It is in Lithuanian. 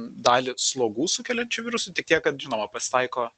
dalį slogų sukeliančių virusų tik tiek kad žinoma pasitaiko